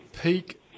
peak